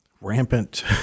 rampant